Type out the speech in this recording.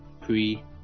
pre-